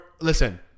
Listen